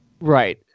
Right